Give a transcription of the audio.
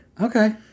Okay